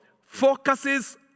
focuses